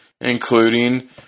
including